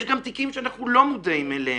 יש גם תיקים שאנחנו לא מודעים אליהם.